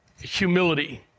humility